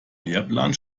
lehrplan